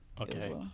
Okay